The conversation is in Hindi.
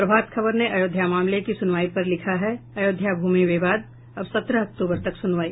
प्रभात खबर ने अयोध्या मामले की सुनवाई पर लिखा है अयोध्या भूमि विवाद अब सत्रह अक्तूबर तक सुनवाई